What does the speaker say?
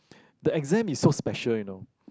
the exam is so special you know